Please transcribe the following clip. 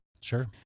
Sure